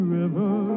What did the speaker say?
river